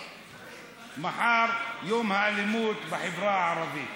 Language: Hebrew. מחר יום האלימות בחברה הערבית,